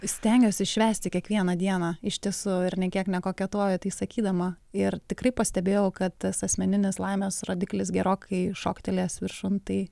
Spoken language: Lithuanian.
stengiuosi švęsti kiekvieną dieną iš tiesų ir nė kiek nekoketuoju tai sakydama ir tikrai pastebėjau kad tas asmeninės laimės rodiklis gerokai šoktelėjęs viršun tai